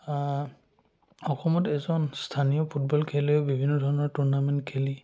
অসমত এজন স্থানীয় ফুটবল খেলুৱৈ বিভিন্ন ধৰণৰ টুৰ্ণামেণ্ট খেলি